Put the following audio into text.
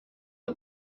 got